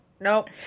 nope